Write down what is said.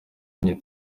nyine